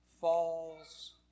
falls